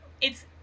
It's-